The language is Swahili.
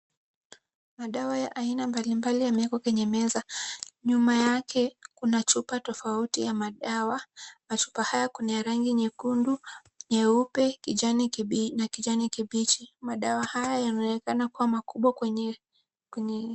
Madawa ya aina mbali mbali yamewekwa kwenye meza , nyuma yake kuna chupa tofauti ya madawa. Machupa haya kuna ya rangi nyekundu, nyeupe na kijani kibichi. madawa haya yanaonekana kuwa makubwa kwenye..